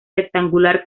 rectangular